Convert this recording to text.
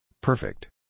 Perfect